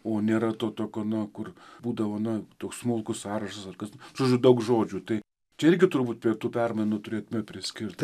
o nėra to tokio na kur būdavo na toks smulkus sąrašas ar kas žodžiu daug žodžių tai čia irgi turbūt prie tų permainų turėtume priskirt